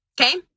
Okay